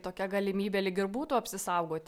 tokia galimybė lyg ir būtų apsisaugoti